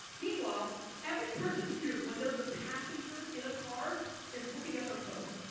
meanwhile every person here when they're the passenger in a car is looking at their phone.